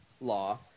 law